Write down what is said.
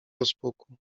rozpuku